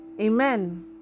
amen